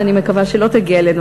שאני מקווה שלא תגיע אלינו,